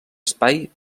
espai